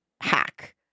hack